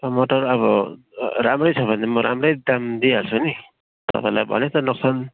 टमाटर अब राम्रै छ भने म राम्रै दाम दिइहाल्छु नि तपाईँलाई भनेँ त नोक्सान